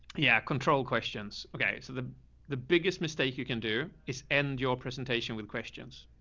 yeah, control questions. okay. so the the biggest mistake you can do is end your presentation with questions.